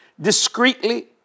discreetly